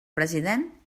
president